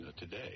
today